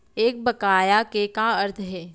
एक बकाया के का अर्थ हे?